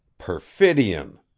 Perfidion